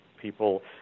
people